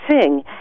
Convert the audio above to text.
sing